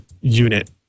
unit